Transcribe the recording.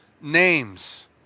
names